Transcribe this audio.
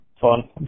fun